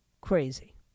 crazy